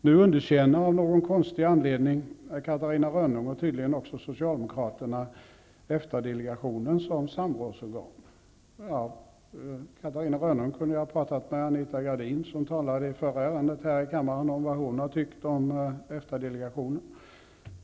Nu underkänner av någon konstig anledning Socialdemokraterna EFTA-delegationen som samrådsorgan. Catarina Rönnung kunde ju ha pratat med Anita Gradin, som talade i förra ärendet här i kammaren, om vad hon har tyckt om EFTA-delegationen.